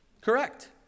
Correct